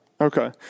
Okay